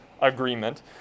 agreement